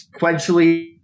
sequentially